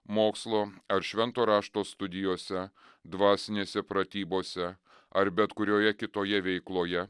mokslo ar švento rašto studijose dvasinėse pratybose ar bet kurioje kitoje veikloje